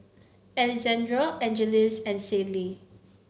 Alexandr Angeles and Sydell